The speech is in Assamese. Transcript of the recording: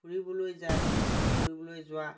ফুৰিবলৈ যায় সেই ফুৰিবলৈ যোৱা